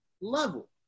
level